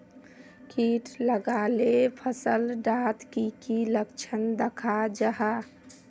किट लगाले फसल डात की की लक्षण दखा जहा?